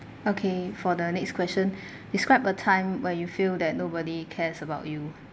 okay for the next question describe a time where you feel that nobody cares about you